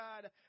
God